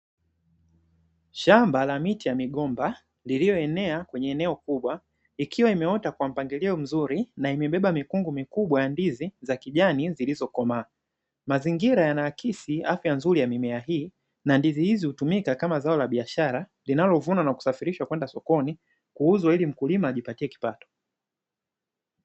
Shamba la miti ya migomba niliyoenea kwenye eneo kubwa ikiwa imeota kwa mpangilio mzuri na imebeba mikungu mikubwa ya ndizi za kijani zilizokomaa. Mazingira yanaakisi afya nzuri ya mimea hii na ndizi hizi hutumika kama zao la biashara linalovunwa na kusafirishwa kwenda sokoni kuuzwa ili mkulima ajipatie kipato.